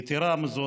יתרה מזו,